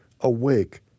awake